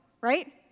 right